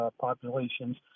populations